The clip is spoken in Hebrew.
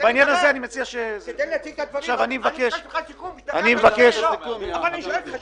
--- אבל אני שואל אותך,